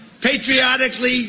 patriotically